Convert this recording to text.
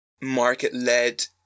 market-led